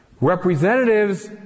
representatives